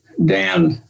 Dan